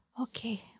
okay